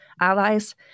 allies